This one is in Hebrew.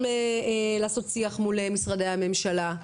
גם לעשות שיח מול משרדי הממשלה.